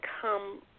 come